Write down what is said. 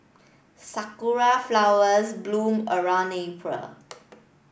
sakura flowers bloom around April